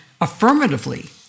affirmatively